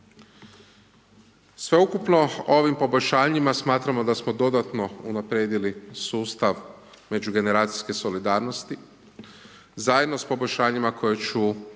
Sveukupno ovim poboljšanjima smatramo da smo dodatno unaprijedili sustav međugeneracijske solidarnosti, zajedno s poboljšanjima koje ću